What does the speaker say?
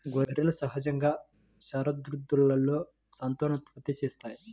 గొర్రెలు సహజంగా శరదృతువులో సంతానోత్పత్తి చేస్తాయి